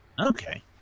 Okay